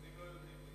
אם לא יודעים,